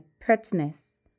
pertness